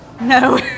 No